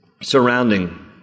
surrounding